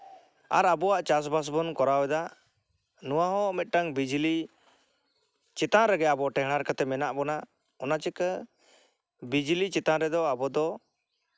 ᱟᱨ ᱟᱵᱚᱣᱟᱜ ᱪᱟᱥᱼᱵᱟᱥ ᱵᱚᱱ ᱠᱚᱨᱟᱣᱫᱟ ᱱᱚᱣᱟ ᱦᱚᱸ ᱢᱤᱫᱴᱟᱱ ᱵᱤᱡᱽᱞᱤ ᱪᱮᱛᱟᱱ ᱨᱮᱜᱮ ᱴᱮᱸᱦᱟᱰ ᱠᱟᱛᱮᱫ ᱢᱮᱱᱟᱜ ᱵᱚᱱᱟ ᱚᱱᱟ ᱪᱤᱠᱤ ᱵᱤᱡᱽᱞᱤ ᱪᱮᱛᱟᱱ ᱨᱮᱫᱚ ᱟᱵᱚ ᱫᱚ